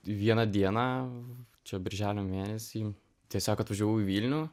vieną dieną čia birželio mėnesį tiesiog atvažiavau į vilnių